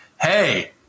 hey